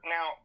Now